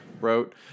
wrote